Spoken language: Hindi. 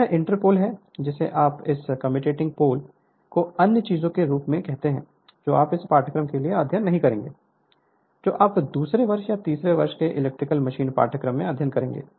यह इंटरपोल है जिसे आप इस कम्यूटिंग पोल को अन्य चीजों के रूप में कहते हैं जो आप इस पाठ्यक्रम के लिए अध्ययन नहीं करेंगे जो आप दूसरे वर्ष या तीसरे वर्ष के इलेक्ट्रिकल मशीन पाठ्यक्रम में अध्ययन करेंगे